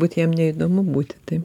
būti jam neįdomu būti taip